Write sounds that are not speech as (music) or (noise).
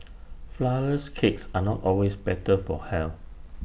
(noise) Flourless Cakes are not always better for health